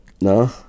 No